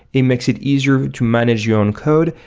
it makes it easier to manage your own code.